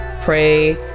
pray